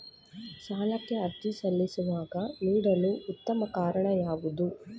ಸಾಲಕ್ಕೆ ಅರ್ಜಿ ಸಲ್ಲಿಸುವಾಗ ನೀಡಲು ಉತ್ತಮ ಕಾರಣ ಯಾವುದು?